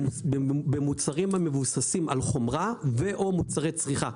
במוצרים המבוססים על חומרה ו/או מוצרי צריכה.